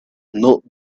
not